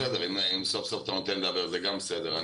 בסדר, אם סוף סוף אתה נותן לדבר זה גם בסדר.